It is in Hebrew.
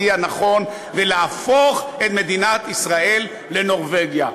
והנכון ולהפוך את מדינת ישראל לנורבגיה.